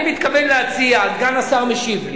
אני מתכוון להציע, סגן השר משיב לי.